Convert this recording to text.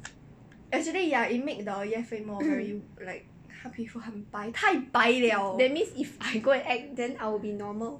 that means if I go and act then I will be normal